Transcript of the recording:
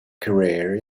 career